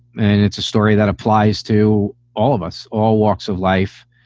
and it's a story that applies to all of us, all walks of life,